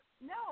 No